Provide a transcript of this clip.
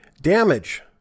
Damage